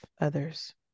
others